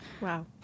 wow